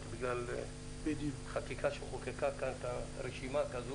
בגלל חקיקה שחוקקה כאן רשימה כזאת.